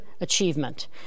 achievement